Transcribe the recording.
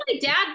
dad